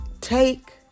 take